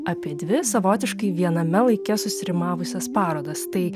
apie dvi savotiškai viename laike susiformavusias parodas tai